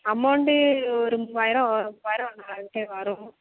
amount ஒரு மூவாயிரம் வரும் மூவாயிரம் நாலாயிரம் கிட்ட வரும் வரும்